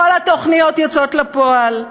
כל התוכניות יוצאות לפועל.